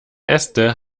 äste